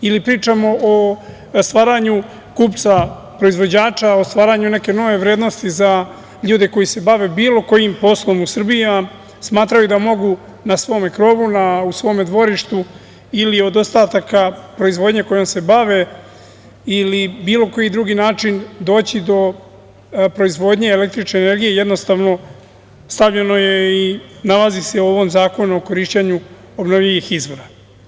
Ili pričamo o stvaranju kupca proizvođača, o stvaranju neke nove vrednosti za ljude koji se bave bilo kojim poslom u Srbiji, a smatraju da mogu na svom krovu, u svom dvorištu ili od ostataka proizvodnje kojom se bave, ili bilo koji drugi način doći do proizvodnje električne energije, jednostavno stavljeno je i nalazi u ovom Zakonu o korišćenju obnovljivih izvora.